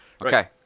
okay